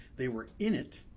they were in it,